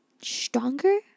stronger